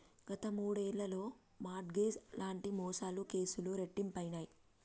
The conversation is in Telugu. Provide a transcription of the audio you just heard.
గత మూడేళ్లలో మార్ట్ గేజ్ లాంటి మోసాల కేసులు రెట్టింపయినయ్